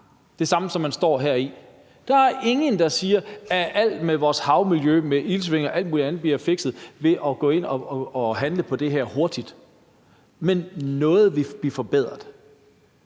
det samme, som man står med her. Der er ingen, der siger, at alt med hensyn til vores havmiljø, iltsvind og alt muligt andet bliver fikset, ved at man går ind og handler hurtigt, men at noget af det vil blive forbedret.